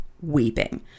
weeping